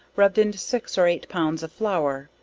rubbed into six or eight pounds of flour,